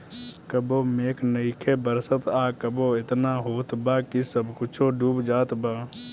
कबो मेघ नइखे बरसत आ कबो एतना होत बा कि सब कुछो डूब जात बा